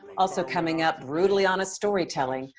also coming up, brutally honest story-telling,